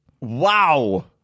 Wow